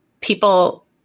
people